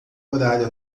horário